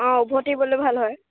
অঁ উভতিবলৈ ভাল হয়